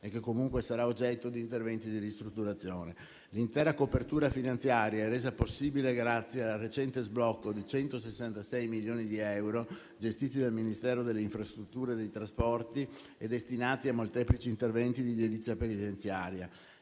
e che comunque sarà oggetto di interventi di ristrutturazione. L'intera copertura finanziaria è resa possibile grazie al recente sblocco di 166 milioni di euro, gestiti dal Ministero delle infrastrutture e dei trasporti e destinati a molteplici interventi di edilizia penitenziaria.